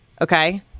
Okay